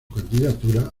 candidatura